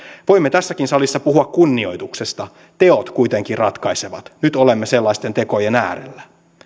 voimme tässäkin salissa puhua kunnioituksesta teot kuitenkin ratkaisevat nyt olemme sellaisten tekojen äärellä